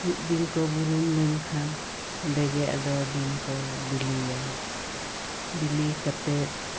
ᱢᱤᱫ ᱫᱤᱱ ᱠᱚ ᱵᱩᱨᱩᱢ ᱞᱮᱱ ᱠᱷᱟᱱ ᱚᱸᱰᱮ ᱜᱮ ᱟᱫᱚ ᱫᱤᱱ ᱠᱚ ᱵᱤᱞᱤᱭᱟ ᱵᱤᱞᱤ ᱠᱟᱛᱮᱫ